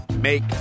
make